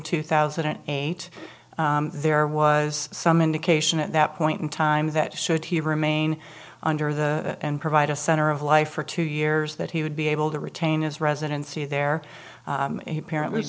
two thousand and eight there was some indication at that point in time that should he remain under the and provide a center of life for two years that he would be able to retain his residency their parent was